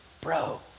Bro